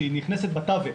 שנכנסת בתווך